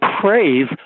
praise